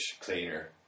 cleaner